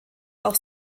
auch